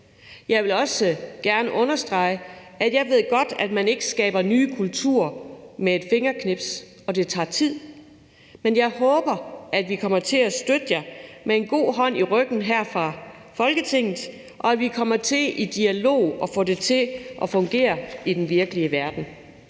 Jeg vil også gerne understrege, at jeg godt ved, at man ikke skaber nye kulturer med et fingerknips, og at det tager tid, men jeg håber, at vi kommer til at støtte jer med en god hånd i ryggen her fra Folketinget, og at vi kommer til i dialog at få det til at fungere i den virkelige verden.